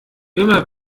immer